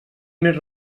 més